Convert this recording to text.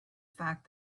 fact